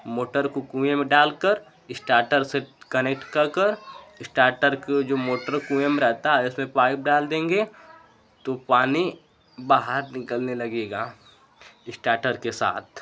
motor को कुएँ में डाल कर इष्टार्टर से कनेक्ट कर कर इष्टार्टर क ज़ो मोटर कुएँ में रहता है उसमें पाइप डाल देंगे तो पानी बाहर निकलने लगेगा इष्टार्टर के साथ